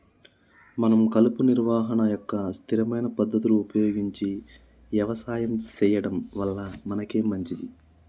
మనం కలుపు నిర్వహణ యొక్క స్థిరమైన పద్ధతులు ఉపయోగించి యవసాయం సెయ్యడం వల్ల మనకే మంచింది